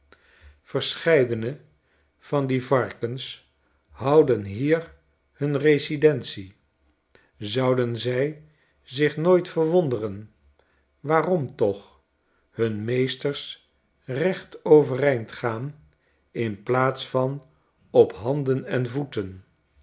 verscheidene van die varkens houden hier hun residentie zouden zij zich nooit verwonderen waarom toch hun meesters recht overeind gaan in plaats van op handen en voeten